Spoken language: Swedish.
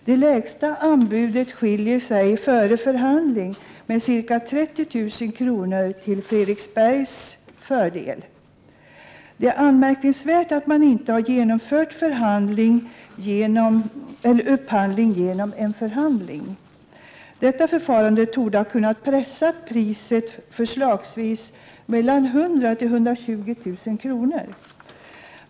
Det lägsta budet skiljer sig från närmaste anbud, före förhandling, med ca 30 000 kr. — till Fredriksbergs fördel. Det är anmärkningsvärt att man inte har genomfört upphandlingen genom förhandling. Detta förfarande torde ha kunnat pressa priset med kanske 100 000-120 000 kr.